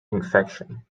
infection